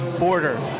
border